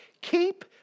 Keep